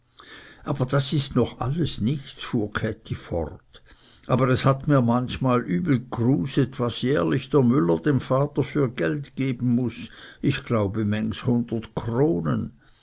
aber das ist noch alles nichts fuhr käthi fort aber es hat mir manchmal übel gruset was jährlich der müller dem vater für geld geben muß ich glaube mängs hundert kronen